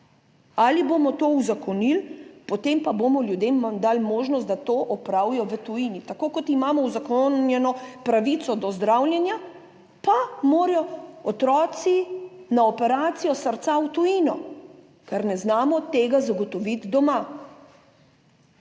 Ali bomo to uzakonili, potem pa bomo ljudem dali možnost, da to opravijo v tujini, tako kot imamo uzakonjeno pravico do zdravljenja, pa morajo otroci na operacijo srca v tujino, ker ne znamo tega zagotoviti doma.